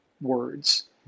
words